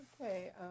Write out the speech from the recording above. Okay